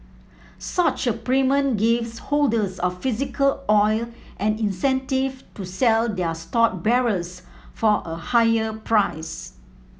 such a premium gives holders of physical oil an incentive to sell their stored barrels for a higher price